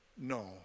no